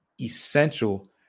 essential